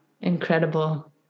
incredible